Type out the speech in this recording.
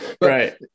right